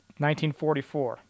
1944